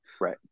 right